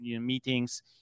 meetings